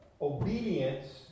Obedience